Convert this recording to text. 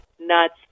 nuts